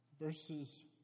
verses